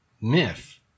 myth